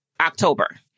October